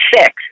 six